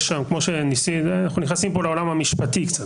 יש שם אנחנו נכנסים פה לעולם המשפטי קצת.